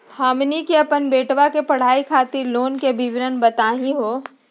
हमनी के अपन बेटवा के पढाई खातीर लोन के विवरण बताही हो?